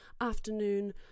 afternoon